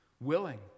Willing